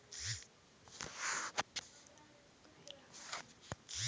ಕೊಯ್ಲನ್ನ ಕೈಯಲ್ಲಿ ಮಾಡ್ತಾರೆ ಆದ್ರೆ ಈಗ ಕುಯ್ಲು ಮಾಡೋಕೆ ಕಂಬೈನ್ಡ್ ಹಾರ್ವೆಸ್ಟರ್ಗಳು ಬಂದಿವೆ